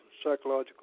psychological